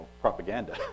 propaganda